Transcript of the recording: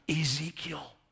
Ezekiel